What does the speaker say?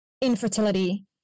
infertility